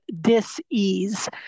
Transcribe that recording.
dis-ease